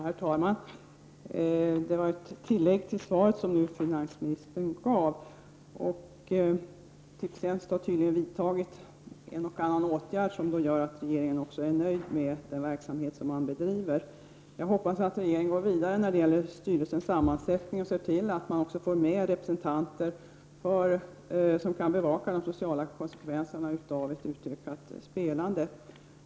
Herr talman! Finansministern gjorde ett tillägg till sitt interpellationssvar. Tipstjänst har tydligen vidtagit en och annan åtgärd som gör att regeringen är nöjd med den verksamhet som Tipstjänst bedriver. Jag hoppas att regeringen går vidare när det gäller styrelsens sammansättning och ser till att man får med representanter som kan bevaka de sociala konsekvenserna av ett utökat spelande.